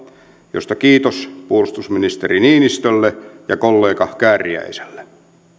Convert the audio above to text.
josta kiitos puolustusministeri niinistölle ja kollega kääriäiselle